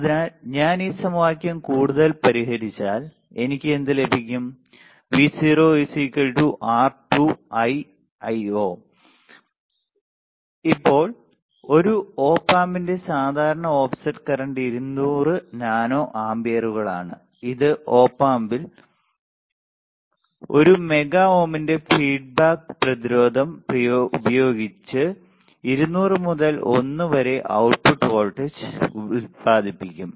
അതിനാൽ ഞാൻ ഈ സമവാക്യം കൂടുതൽ പരിഹരിച്ചാൽ എനിക്ക് എന്ത് ലഭിക്കും ഇപ്പോൾ ഒരു ഓപ് ആമ്പിന്റെ സാധാരണ ഓഫ്സെറ്റ് കറന്റ് 200 നാനോ ആമ്പിയറുകളാണ് ഇത് ഒപ് മെമ്പിൽ ഒരു മെഗാ ഓമിന്റെ ഫീഡ്ബാക്ക് പ്രതിരോധം ഉപയോഗിച്ച് 200 മുതൽ 1 വരെ output വോൾട്ടേജ് ഉത്പാദിപ്പിക്കും